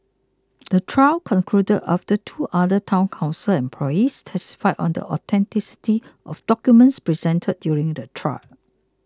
the trial concluded after two other Town Council employees testified on the authenticity of documents presented during the trial